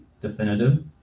definitive